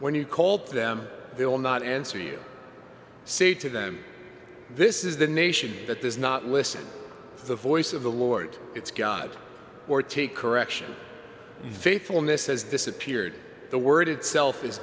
when you call them they will not answer you say to them this is the nation that there's not listen to the voice of the lord it's god or take correction very fullness has disappeared the word itself is